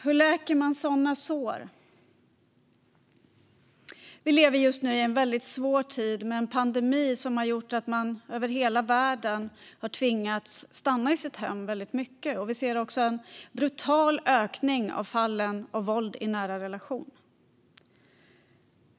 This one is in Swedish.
Hur läker man sådana sår? Vi lever just nu i en väldigt svår tid med en pandemi som har gjort att man över hela världen har tvingats stanna väldigt mycket i sitt hem. Vi ser också en brutal ökning av fallen av våld i nära relationer.